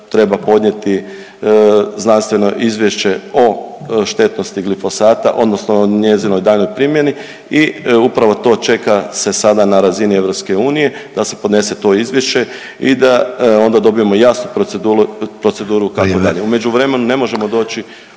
treba podnijeti znanstveno izvješće o štetnosti glifosata odnosno njezinoj daljnjoj primjeni i upravo to čeka se sada na razini EU da se podnese to izvješće i da onda dobijemo jasnu proceduru kako dalje …/Upadica Sanader: